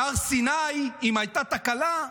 מהר סיני, אם הייתה תקלה,